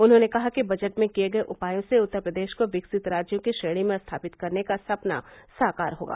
उन्होंने कहा कि बजट में किए गए उपायों से उत्तर प्रदेश को विकसित राज्यों की श्रेणी में स्थापित करने का सपना साकार होगा